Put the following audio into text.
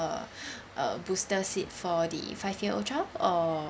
uh a booster seat for the five year old child or